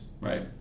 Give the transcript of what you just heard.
right